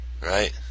Right